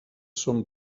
són